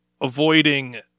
avoiding